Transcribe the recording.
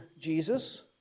Jesus